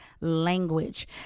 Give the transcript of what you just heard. language